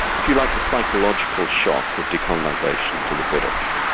if you like the psychological shock of decolonisation to the british.